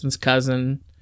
cousin